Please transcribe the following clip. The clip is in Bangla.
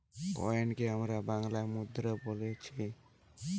কয়েনকে আমরা বাংলাতে মুদ্রা বোলছি